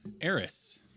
Eris